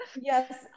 yes